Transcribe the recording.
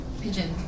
Pigeon